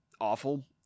awful